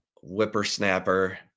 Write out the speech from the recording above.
whippersnapper